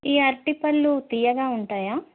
ఈ అరటి పండ్లు తియ్యగా ఉంటాయా